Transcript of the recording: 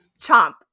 chomp